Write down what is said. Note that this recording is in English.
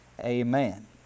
amen